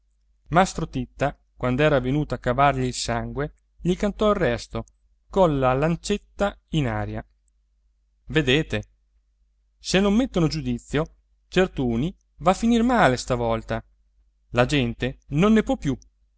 mastro titta quand'era venuto a cavargli sangue gli cantò il resto colla lancetta in aria vedete se non mettono giudizio certuni va a finir male stavolta la gente non ne può più